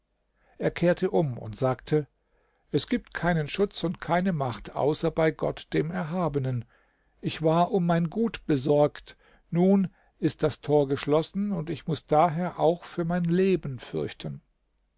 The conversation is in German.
er kehrte um und sagte es gibt keinen schutz und keine macht außer bei gott dem erhabenen ich war um mein gut besorgt nun ist das tor geschlossen und ich muß daher auch für mein leben fürchten